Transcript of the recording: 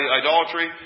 idolatry